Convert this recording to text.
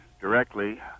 directly